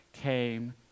came